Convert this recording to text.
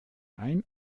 ein